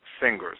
singers